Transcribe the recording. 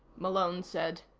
malone said.